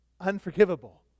unforgivable